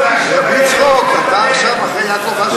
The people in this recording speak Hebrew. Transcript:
ברוך אתה ה' אלוהינו מלך העולם שהכול נהיה בדברו.